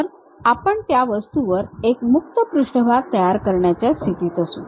तर आपण त्या वस्तूवर एक मुक्त पृष्ठभाग तयार करण्याच्या स्थितीत असू